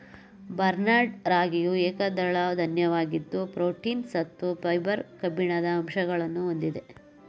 barnyard ರಾಗಿಯು ಏಕದಳ ಧಾನ್ಯವಾಗಿದ್ದು ಪ್ರೋಟೀನ್, ಸತ್ತು, ಫೈಬರ್, ಕಬ್ಬಿಣದ ಅಂಶಗಳನ್ನು ಹೊಂದಿದೆ